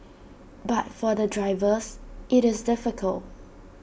but for the drivers IT is difficult